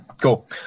cool